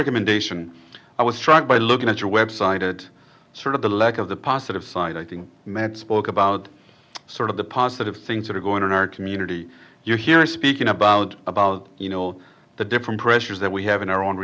recommendation i was struck by looking at your web site it sort of the lack of the positive side i think matt spoke about sort of the positive things that are going in our community you're hearing speaking about about you know all the different pressures that we have in our own